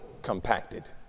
compacted